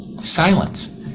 Silence